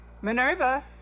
Minerva